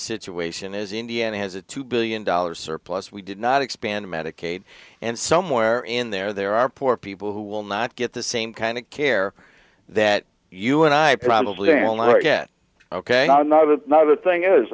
situation is indiana has a two billion dollars surplus we did not expand medicaid and somewhere in there there are poor people who will not get the same kind of care that you and i probably will not yet ok i'm not a not a thing is